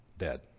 dead